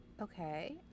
Okay